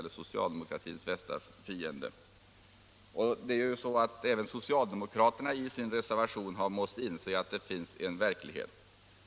Även socialdemokraterna har när de skrev sin reservation måst inse att det finns en verklighet.